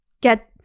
get